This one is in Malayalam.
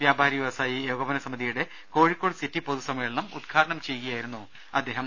വ്യാപാരി വൃവസായി ഏകോപന സമിതിയുടെ കോഴിക്കോട് സിറ്റി പൊതു സമ്മേളനം ഉദ്ഘാടനം ചെയ്യുകയായിരുന്നു അദ്ദേഹം